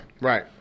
Right